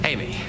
Amy